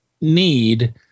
need